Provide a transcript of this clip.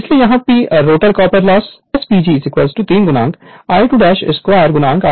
इसलिए यहां p rotor copper loss S PG 3 I2 2 r2 लिखा जा सकता है यह इक्वेशन 20 है